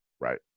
Right